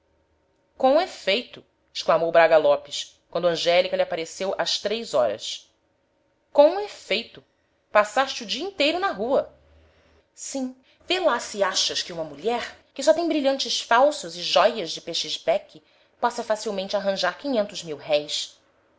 com efeito exclamou braga lopes quando angélica lhe apareceu às três horas com efeito passaste o dia inteiro na rua sim vê lá se achas que uma mulher que só tem brilhantes falsos e jóias de pechisbeque possa facilmente arranjar quinhentos mil-réis